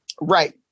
Right